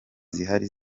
zihari